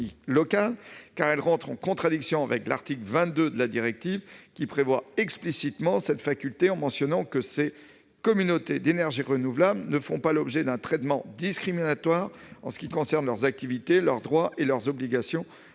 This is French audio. locales, car elle entre en contradiction avec l'article 22 de la directive, qui prévoit explicitement cette faculté en mentionnant que ces « communautés d'énergie renouvelable ne font pas l'objet d'un traitement discriminatoire en ce qui concerne leurs activités, leurs droits et leurs obligations